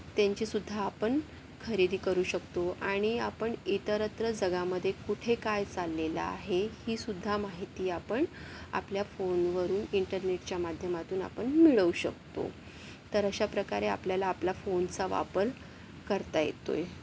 त्यांचीसुद्धा आपण खरेदी करू शकतो आणि आपण इतरत्र जगामध्ये कुठे काय चाललेलं आहे ही सुद्धा माहिती आपण आपल्या फोनवरून इंटरनेटच्या माध्यमातून आपण मिळवू शकतो तर अशाप्रकारे आपल्याला आपल्या फोनचा वापर करता येतो आहे